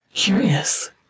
Curious